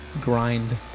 grind